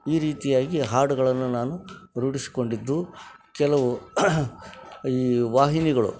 ಈ ರೀತಿಯಾಗಿ ಹಾಡುಗಳನ್ನು ನಾನು ರೂಢಿಸಿಕೊಂಡಿದ್ದು ಕೆಲವು ಈ ವಾಹಿನಿಗಳು